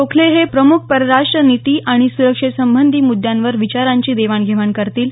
गोखले हे प्रमुख परराष्ट्र निती आणि सुरक्षेसंबंधी मुद्दांवर विचारांची देवाण घेवाण करतील